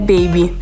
Baby